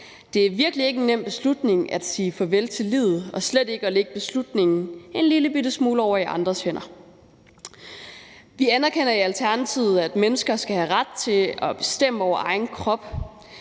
Det er virkelig ikke en nem beslutning at sige farvel til livet og slet ikke at lægge beslutningen en lillebitte smule over i andres hænder. Vi anerkender i Alternativet, at mennesker skal have ret til at bestemme over egen krop.